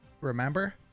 Remember